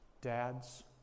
Dads